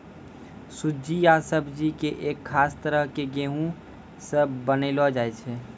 सूजी या सुज्जी कॅ एक खास तरह के गेहूँ स बनैलो जाय छै